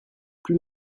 plus